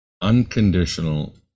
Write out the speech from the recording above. unconditional